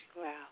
Wow